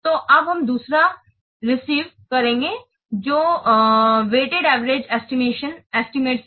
तो अब हम दूसरा रिसीव रिसीव करेंगे जो वेटेड एवरेज एस्टिमेट्स है